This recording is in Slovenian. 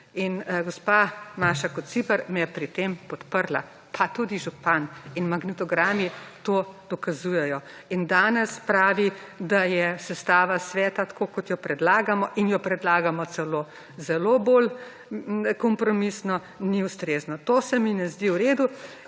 Gospa Maša Kociper me je pri tem podprla pa tudi župan in magnetogrami to dokazujejo. Danes pravi, da je sestava svet tako kot jo predlagamo in jo predlagamo celo zelo bolj kompromisno, ni ustrezno. To se mi ne zdi v redu